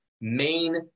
main